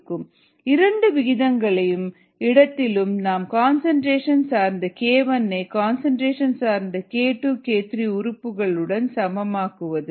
rgES rcESdmESdt 0 rgES rcES இரண்டு விகிதங்களின் இடத்திலும் நாம் கன்சன்ட்ரேஷன் சார்ந்த k1ஐ கன்சன்ட்ரேஷன் சார்ந்த k2k3 உறுப்புகளுடன் சமமாக்குவது